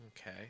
okay